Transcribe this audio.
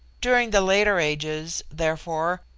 during the later ages, therefore,